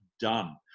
done